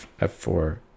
f4